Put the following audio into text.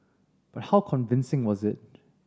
but how convincing was it